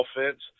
offense